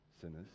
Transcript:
sinners